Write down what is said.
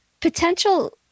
Potential